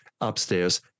upstairs